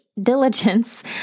diligence